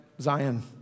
Zion